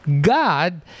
God